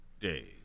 Day